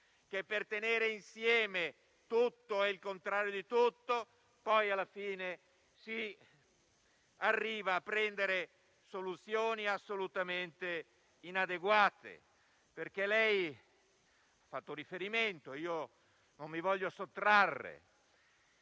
che, per tenere insieme tutto e il contrario di tutto, alla fine si arriva a individuare soluzioni assolutamente inadeguate. Lei ha fatto un riferimento e io non mi voglio sottrarre.